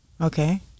Okay